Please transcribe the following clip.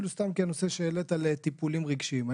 הנושא של טיפולים רגשיים שהעלית,